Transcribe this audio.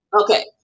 okay